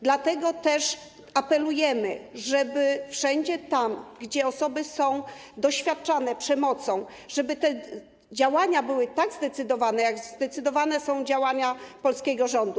Dlatego też apelujemy, żeby wszędzie tam, gdzie są osoby doświadczone przemocą, te działania były tak zdecydowane, jak zdecydowane są działania polskiego rządu.